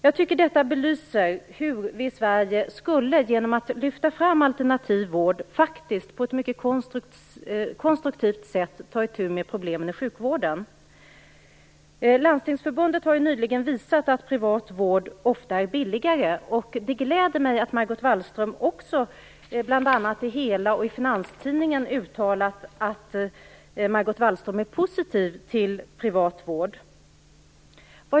Jag tycker att detta belyser hur vi i Sverige genom att lyfta fram alternativ vård på ett mycket konstruktivt sätt skulle kunna ta itu med problemen i sjukvården. Landstingsförbundet har nyligen visat att privat vård ofta är billigare. Det gläder mig att också Margot Wallström, bl.a. i Hela och Finanstidningen uttalat att Margot Wallström är positiv till privat vård.